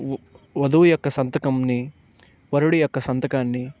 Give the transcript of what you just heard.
వధువు యొక్క సంతకంని వరుడి యొక్క సంతకాన్ని